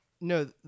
No